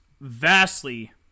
vastly